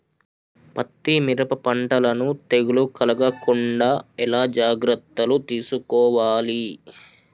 పత్తి మిరప పంటలను తెగులు కలగకుండా ఎలా జాగ్రత్తలు తీసుకోవాలి?